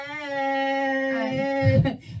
hey